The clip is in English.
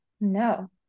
no